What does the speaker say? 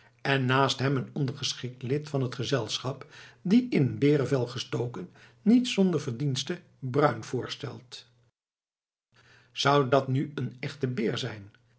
en naast hem een ondergeschikt lid van het gezelschap die in een berenvel gestoken niet zonder verdienste bruin voorstelt zou dat nou en aèchten beer zin